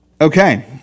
Okay